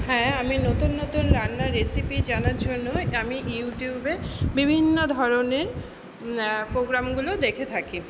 হ্যাঁ আমি নতুন নতুন রান্নার রেসিপি জানার জন্য এটা আমি ইউটিউবে বিভিন্ন ধরনের প্রোগ্রামগুলো দেখে থাকি